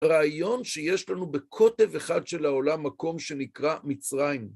רעיון שיש לנו בקוטב אחד של העולם מקום שנקרא מצרים.